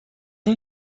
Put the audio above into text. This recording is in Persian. این